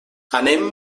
anem